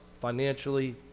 financially